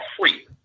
free